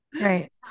Right